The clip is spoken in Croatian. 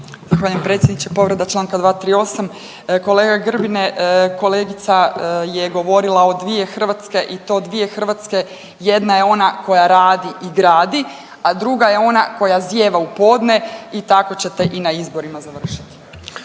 predsjedniče. Povreda čl. 238., kolega Grbine kolegica je govorila o dvije Hrvatske i to dvije Hrvatske jedna je ona koja gradi i radi, a druga je ona koja zijeva u podne i tako ćete i na izborima završiti.